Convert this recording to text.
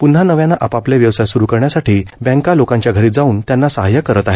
पून्हा नव्यानं आपापले व्यवसाय सुरू करण्यासाठी बँका लोकांच्या घरी जाऊन त्यांना सहाय्य करत आहेत